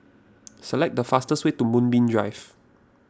select the fastest way to Moonbeam Drive